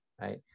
right